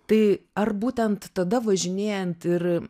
tai ar būtent tada važinėjant ir